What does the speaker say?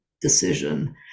decision